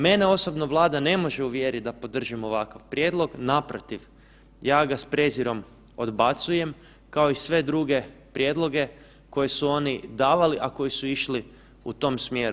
Mene osobno Vlada ne može uvjeriti da podržim ovakav prijedlog, naprotiv, ja ga s prezirom odbacujem, kao i sve druge prijedloge koje su oni davali, a koji su išli u tom smjeru.